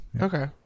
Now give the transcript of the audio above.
okay